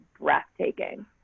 breathtaking